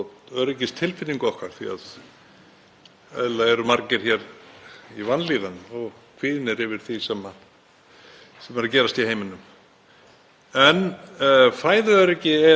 En fæðuöryggi er auðvitað bara ein hliðin á teningnum. Við viljum tryggja blómlega byggð um allt land.